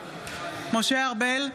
משה ארבל,